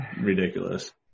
ridiculous